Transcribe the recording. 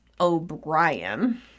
O'Brien